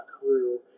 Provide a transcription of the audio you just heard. crew